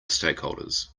stakeholders